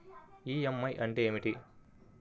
EMI అంటే ఏమిటి?